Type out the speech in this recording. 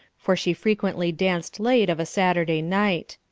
for she frequently danced late of a saturday night.